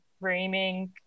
framing